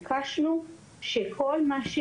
ביקשנו שכל מה,